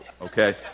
okay